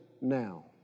now